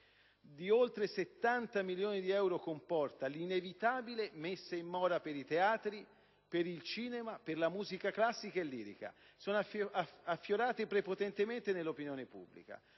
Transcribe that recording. di oltre 70 milioni di euro comporta l'inevitabile messa in mora per i teatri, per il cinema, per la musica classica e lirica è affiorata prepotentemente nell'opinione pubblica.